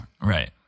Right